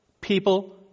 people